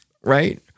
Right